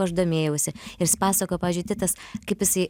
aš domėjausi ir jis pasakojo pavyzdžiui titas kaip jisai